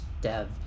dev